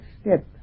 step